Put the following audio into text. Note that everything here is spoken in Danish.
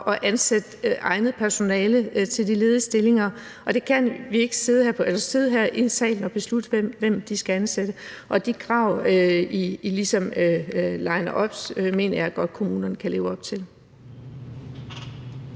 ansætte egnet personale til de ledige stillinger. Og vi kan ikke sidde her i en sal og beslutte, hvem de skal ansætte. Og de krav, som I ligesom liner op, mener jeg godt at kommunerne kan leve op til.